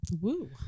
Woo